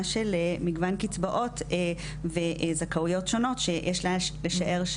של מגוון קצבאות וזכאויות שונות שיש לשער,